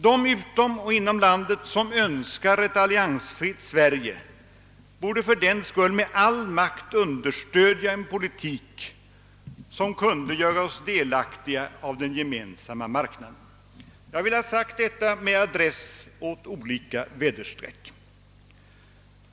De människor utom och inom landet som önskar ett alliansfritt Sverige borde fördenskull med all makt understödja en politik som kunde göra oss delaktiga av den gemen samma marknaden. Jag vill ha sagt detta med adress åt olika väderstreck.